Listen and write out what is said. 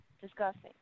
disgusting